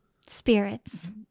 spirits